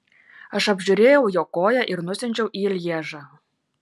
aš apžiūrėjau jo koją ir nusiunčiau į lježą